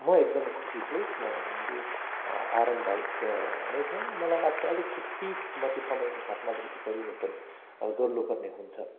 म एकदमै खुसी छु किन भन्दाखेरि आरामदायक नै छ र मलाई लाग्छ अलिकति सिटमा चाहिँ समयको साथमा अलिकति परिवर्तन गर्नुपर्ने हुन्छ